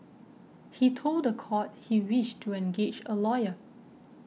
he told the court he wished to engage a lawyer